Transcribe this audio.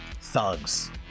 thugs